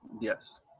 yes